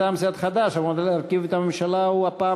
להביע אי-אמון בממשלה לא נתקבלה.